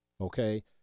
Okay